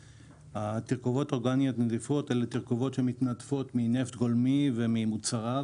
תרכובות אורגניות נדיפות הן תרכובות שמתנדפות מנפט גולמי ומוצריו